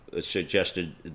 suggested